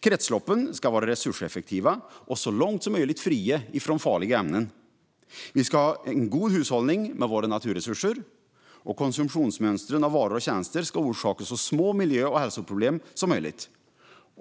Kretsloppen ska vara resurseffektiva och så långt som möjligt fria från farliga ämnen. Vi ska ha en god hushållning med våra naturresurser, och konsumtionen av varor och tjänster ska orsaka så små miljö och hälsoproblem som möjligt.